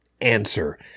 answer